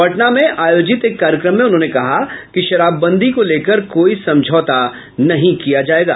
पटना में आयोजित एक कार्यक्रम में उन्होंने कहा कि शराबबंदी को लेकर कोई समझौता नहीं किया जायेगा